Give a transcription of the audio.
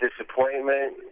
disappointment